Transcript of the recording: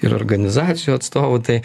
ir organizacijų atstovų tai